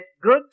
good